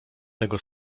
tego